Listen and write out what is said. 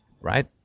right